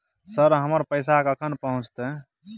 Sir, हमर पैसा कखन पहुंचतै?